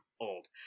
old